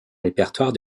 répertoire